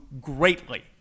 greatly